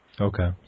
Okay